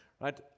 right